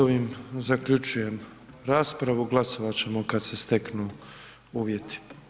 S ovim zaključujem raspravu, glasovat ćemo kad se steknu uvjeti.